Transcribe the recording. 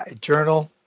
journal